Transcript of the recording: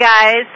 guys